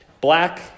Black